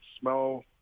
smell